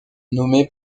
nommé